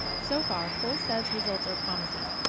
so far, kohl's says results are promising.